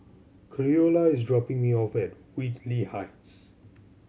Cleola is dropping me off at Whitley Heights